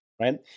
right